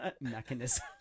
mechanism